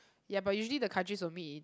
ya but usually the countries will meet